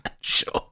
sure